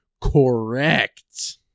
correct